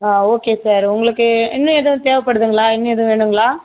ஆ okay sir உங்களுக்கு இன்னும் எதுவும் தேவை படுதுங்களா இன்னும் எதுவும் வேணுங்களா